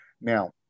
Now